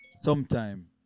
sometime